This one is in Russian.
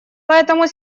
поэтому